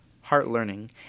heart-learning